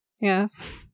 yes